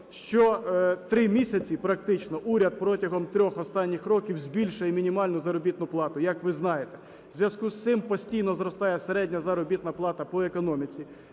що три місяці практично уряд, протягом трьох останніх років, збільшує мінімальну заробітну плату, як ви знаєте. У зв'язку з цим постійно зростає середня заробітна плата по економіці,